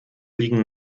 liegen